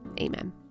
Amen